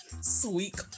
Sweet